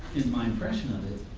in my impression of it,